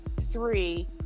Three